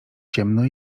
ciemno